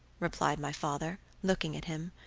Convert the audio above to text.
replied my father, looking at him,